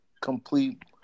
complete